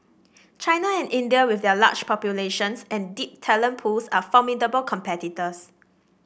China and India with their large populations and deep talent pools are formidable competitors